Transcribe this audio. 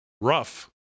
rough